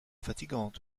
fatigante